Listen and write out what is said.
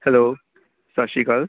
hello ਸਤਿ ਸ਼੍ਰੀ ਅਕਾਲ